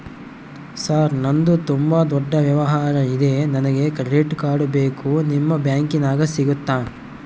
Sir ನಂದು ತುಂಬಾ ದೊಡ್ಡ ವ್ಯವಹಾರ ಇದೆ ನನಗೆ ಕ್ರೆಡಿಟ್ ಕಾರ್ಡ್ ಬೇಕು ನಿಮ್ಮ ಬ್ಯಾಂಕಿನ್ಯಾಗ ಸಿಗುತ್ತಾ?